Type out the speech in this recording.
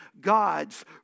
God's